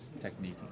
technique